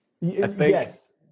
Yes